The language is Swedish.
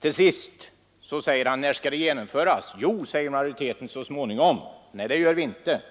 Till sist påstod statsrådet att majoriteten menar att försäkringen skall genomföras så småningom. Nej, det menar vi inte.